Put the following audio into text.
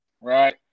right